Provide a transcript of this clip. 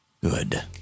Good